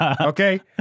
Okay